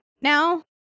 now